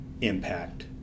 impact